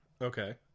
Okay